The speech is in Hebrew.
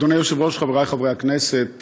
אדוני היושב-ראש, חבריי חברי הכנסת,